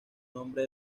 nombre